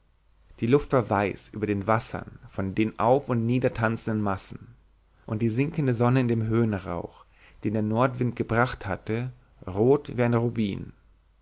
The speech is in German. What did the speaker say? die luft war weiß über den wassern von den auf und nieder tanzenden massen und die sinkende sonne in dem höhenrauch den der nordwind gebracht hatte rot wie ein rubin